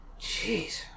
Jeez